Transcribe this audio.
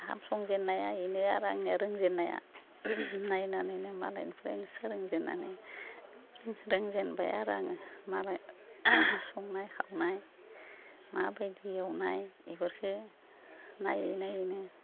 ओंखाम संजेन्नाया बेनो आरो आंनिया रोंजेन्नाया नायनानैनो मालायनिफ्राय सोलों जेन्नानै रोंजेनबाय आरो आङो मालाय संनाय खावनाय माबायदि एवनाय बेफोरखौ नायै नायैनो